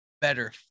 better